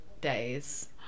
days